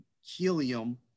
helium